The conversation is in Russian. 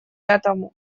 этому